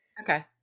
Okay